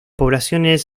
poblaciones